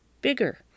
bigger